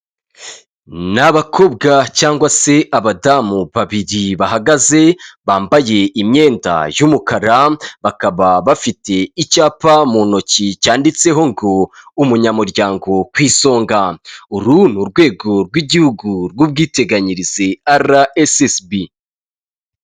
Ni abakobwa cyangwa se abadamu babiri; bahagaze bambaye imyenda y'umukara; bakaba bafite icyapa mu ntoki cyanditseho ngo umunyamuryango ku isoga; uru ni urwego rw'igihugu rw'ubwiteganyirize rssb.